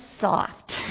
soft